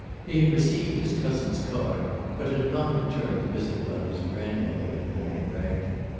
he had received his cousin's card but had not returned the visit while his grandmother had been at bragton.